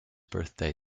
birthday